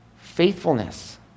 faithfulness